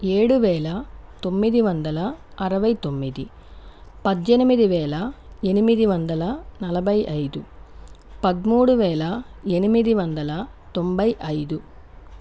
ఏడు వేల తొమ్మిది వందల అరవై తొమ్మిది పజ్జెనిమిది వేల ఎనిమిది వందల నలభై ఐదు పద్మూడు వేల ఎనిమిది వందల తొంభై ఐదు